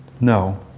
No